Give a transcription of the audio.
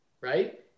right